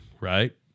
Right